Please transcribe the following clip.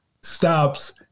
stops